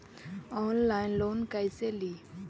Online loan कैसे ली?